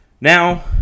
Now